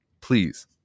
please